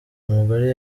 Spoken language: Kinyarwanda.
umugore